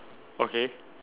okay